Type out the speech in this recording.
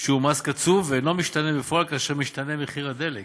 שהוא מס קצוב ואינו משתנה בפועל כאשר משתנה מחיר הדלק,